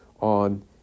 on